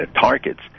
targets